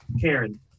Karen